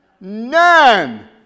None